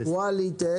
קוואליטסט